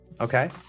Okay